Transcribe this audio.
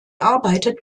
arbeitet